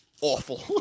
awful